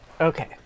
Okay